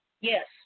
Yes